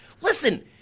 Listen